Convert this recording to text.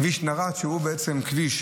כביש נר"ת שהוא כביש